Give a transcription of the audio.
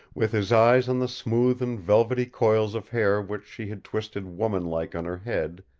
with his eyes on the smooth and velvety coils of hair which she had twisted woman-like on her head,